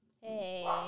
Hey